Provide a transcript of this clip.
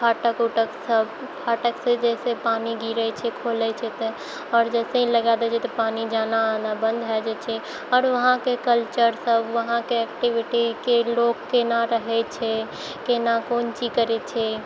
फाटक उटक सब फाटकसँ जाहिसँ पानी गिरै छै खोलै छै तऽ आओर जइसे ही लगा दै छै तऽ पानी जाना आना बन्द भऽ जाइ छै आओर वहाँके कल्चरसब वहाँके एक्टिविटी की लोक कोना रहै छै कोना कोन चीज करै छै